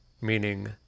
meaning